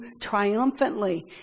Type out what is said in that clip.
triumphantly